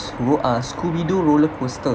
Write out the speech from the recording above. rule ah scooby doo roller coaster